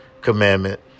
commandment